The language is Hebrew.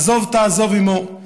עזב תעזב עמו".